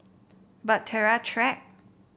Bahtera Track